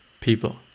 people